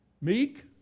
meek